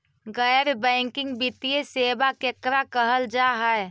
गैर बैंकिंग वित्तीय सेबा केकरा कहल जा है?